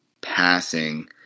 passing